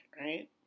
right